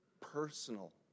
personal